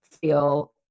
feel